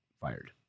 fired